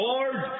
Lord